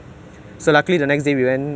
next day the results came out